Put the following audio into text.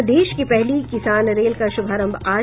और देश की पहली किसान रेल का शुभारंभ आज